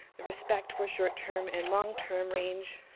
the respect for short-term and long-term range,